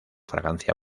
fragancia